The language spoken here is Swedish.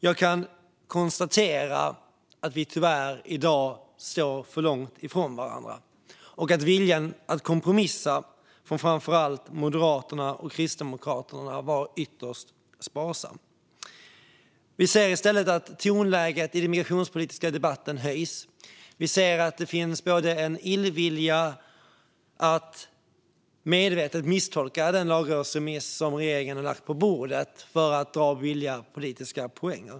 Jag kan konstatera att vi i dag tyvärr står för långt från varandra och att viljan att kompromissa hos framför allt Moderaterna och Kristdemokraterna har varit ytterst sparsam. Vi ser i stället att tonläget i den migrationspolitiska debatten höjs. Det finns en vilja att medvetet misstolka regeringens lagrådsremiss för att ta billiga politiska poäng.